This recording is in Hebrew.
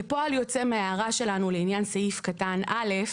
כפועל יוצא מההערה שלנו לעניין סעיף קטן (א)